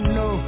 no